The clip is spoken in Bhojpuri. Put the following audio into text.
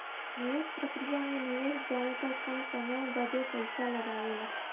निवेस प्रक्रिया मे निवेशक जादातर कम समय बदे पइसा लगावेला